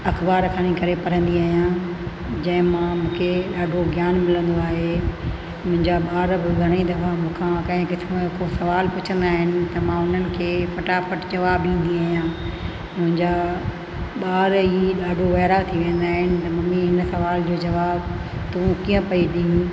अख़बार खणी करे पढ़ंदी आहियां जंहिंमां मूंखे ॾाढो ज्ञान मिलंदो आहे मुंहिंजा ॿार बि घणेई दफ़ा मूंखा कंहिं किस्मु जो सुवाल पुछंदा आहिनि त उन खे फटाफटु जवाबु ॾींदी आहियां मुंहिंजा ॿार ईअं ॾाढो वाइरा थी वेंदा आहिनि मम्मी इन सुवाल जो जवाबु तू कीअं पई ॾिए